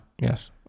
Yes